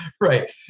Right